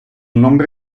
nombre